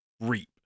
reap